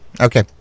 okay